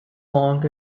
long